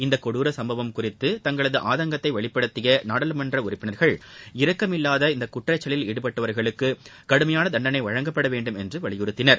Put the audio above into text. இந்தக் கொடுர சும்பவம் குறித்து தங்களது ஆதங்கத்தை வெளிப்படுத்திய நாடாளுமன்ற உறுப்பினர்கள் இரக்கமில்வாத இந்த குற்றச் செயலில் ஈடுபட்டவர்களுக்கு கடுமையான தண்டனை வழங்கப்பட வேண்டும் என்றும் வலியுறுத்தினர்